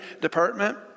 department